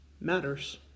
matters